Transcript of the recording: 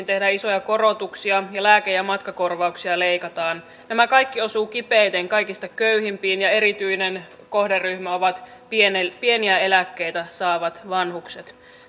tehdään isoja korotuksia ja lääke ja matkakorvauksia leikataan nämä kaikki osuvat kipeiten kaikista köyhimpiin ja erityinen kohderyhmä on pieniä eläkkeitä saavat vanhukset